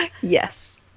Yes